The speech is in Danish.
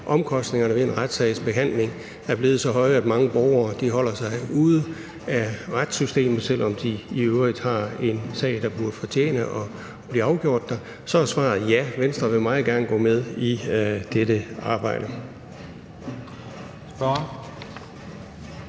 omkostningerne ved en retssagsbehandling er blevet så høje, at mange borgere holder sig ude af retssystemet, selv om de i øvrigt har en sag, der fortjente at blive afgjort der, er svaret: Ja, Venstre vil meget gerne gå med i dette arbejde.